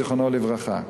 זיכרונו לברכה.